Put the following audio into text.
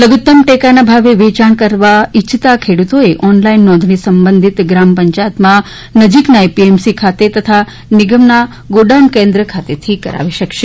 લધુત્તમ ટેકાના ભાવે વેચાણ કરવા ઇચ્છતા ખેડૂતોએ ઓનલાઇન નોંધણી સંબધિત ગ્રામ પંચાયતમાં નજીકના એપીએમસી ખાતે તથા નિગમમાં ગોડાઉન કેન્દ્ર ખાતેથી કરાવી શકાશે